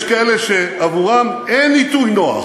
יש כאלה שעבורם אין עיתוי נוח